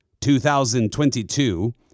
2022